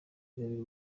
ingabire